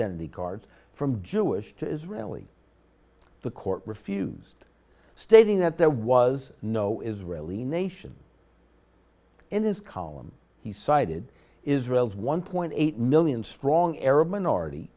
identity cards from jewish to israeli the court refused stating that there was no israeli nation in this column he cited israel's one point eight million strong arab minority